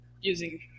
using